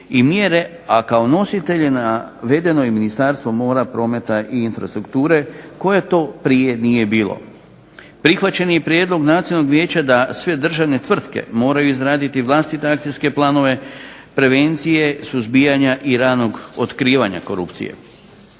i mjere, a kao nositelj navedeno je ministarstvo mora, prometa i infrastrukture koje to prije nije bilo. Prihvaćen je i prijedlog Nacionalnog vijeća da sve državne tvrtke moraju izraditi vlastite akcijske planove prevencije, suzbijanja i ranog otkrivanja korupcije.